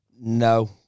no